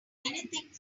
anything